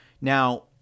Now